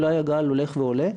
אולי הגל הולך ועולה,